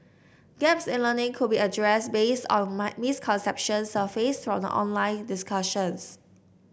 gaps in learning could be addressed based on my misconceptions surfaced from the online discussions